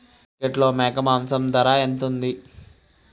మార్కెట్లో మేక మాంసం ధర ఎంత ఉంటది?